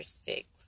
six